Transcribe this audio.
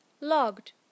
logged